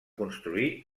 construir